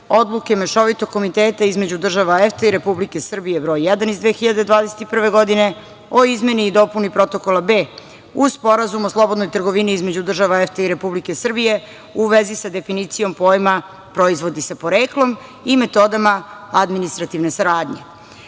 odluke mešovitog komiteta između država EFTA i Republike Srbije, broj 1. iz 2021. godine o izmeni i dopuni Protokola b. Uz Sporazum o slobodnoj trgovini između država EFTE i Republike Srbije u vezi sa definicijom pojma proizvodi sa poreklom i metodama administrativne saradnje. Razlozi